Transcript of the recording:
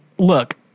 Look